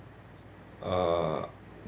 uh